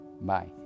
bye